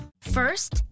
First